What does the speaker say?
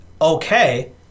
okay